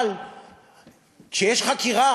אבל כשיש חקירה,